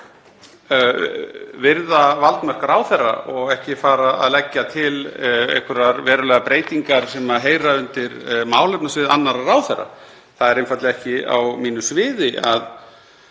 virða valdmörk ráðherra og ekki leggja til einhverjar verulegar breytingar sem heyra undir málefnasvið annarra ráðherra. Það er einfaldlega ekki á mínu sviði að